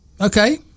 okay